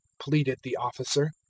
pleaded the officer,